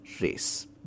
race